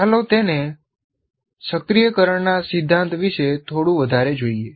ચાલો તેને સક્રિયકરણના સિદ્ધાંત વિશે થોડું વધારે જોઈએ